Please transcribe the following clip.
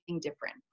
different